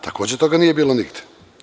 Takođe, toga nije bilo nigde.